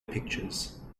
pictures